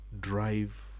drive